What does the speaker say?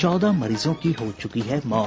चौदह मरीजों की हो चुकी है मौत